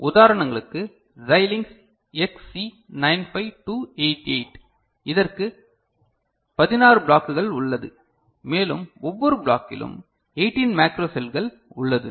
உதாரணங்களுக்கு Xilinx XC 95288 இதற்கு 16 ப்ளாக்குகள் உள்ளது மேலும் ஒவ்வொரு ப்ளாகிலும் 18 மேக்ரோ செல்கள் உள்ளது